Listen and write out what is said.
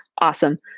awesome